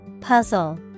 Puzzle